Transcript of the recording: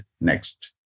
next